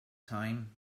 time